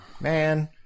Man